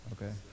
Okay